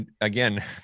again